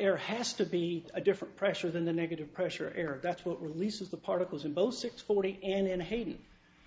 air has to be a different pressure than the negative pressure air that's what releases the particles in both six forty and hated